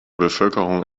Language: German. bevölkerung